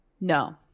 No